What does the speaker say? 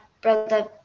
brother